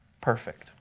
perfect